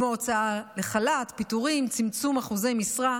כמו הוצאה לחל"ת, פיטורים, צמצום אחוזי משרה.